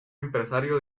empresario